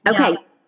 Okay